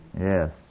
Yes